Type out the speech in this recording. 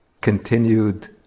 continued